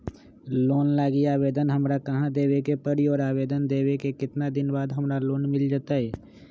Loan लागी आवेदन हमरा कहां देवे के पड़ी और आवेदन देवे के केतना दिन बाद हमरा लोन मिल जतई?